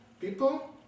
people